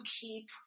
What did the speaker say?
keep